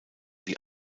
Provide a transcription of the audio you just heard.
die